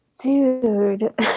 dude